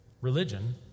religion